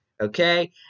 okay